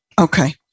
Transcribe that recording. Okay